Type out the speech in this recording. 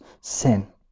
sin